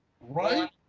Right